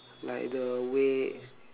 like the way